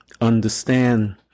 understand